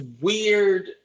weird